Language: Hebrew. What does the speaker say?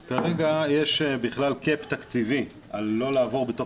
אז כרגע יש קאפ תקציבי על לא לעבור בתוך